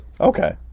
Okay